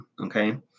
Okay